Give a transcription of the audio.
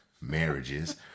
marriages